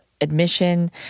admission